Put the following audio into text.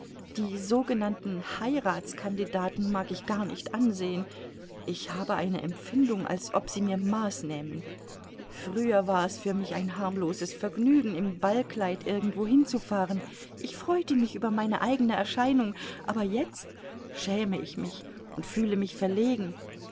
die sogenannten heiratskandidaten mag ich gar nicht ansehen ich habe eine empfindung als ob sie mir maß nähmen früher war es für mich ein harmloses vergnügen im ballkleid irgendwohin zu fahren ich freute mich über meine eigene erscheinung aber jetzt schäme ich mich und fühle mich verlegen